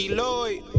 Lloyd